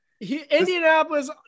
Indianapolis